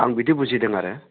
आं बिदि बुजिदों आरो